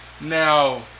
Now